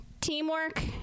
teamwork